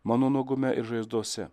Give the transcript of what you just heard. mano nuogume ir žaizdose